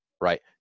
right